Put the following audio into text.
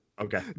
Okay